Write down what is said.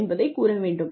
என்பதைக் கூற வேண்டும்